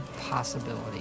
possibility